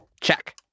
Check